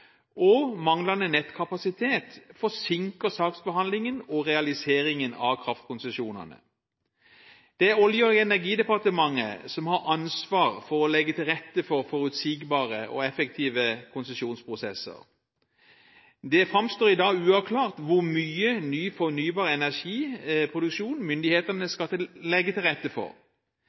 og manglende nettkapasitet forsinker saksbehandlingen og realiseringen av kraftkonsesjonene. Det er Olje- og energidepartementet som har ansvar for å legge til rette for forutsigbare og effektive konsesjonsprosesser. Det framstår i dag uavklart hvor mye ny fornybar energiproduksjon myndighetene skal legge til rette for.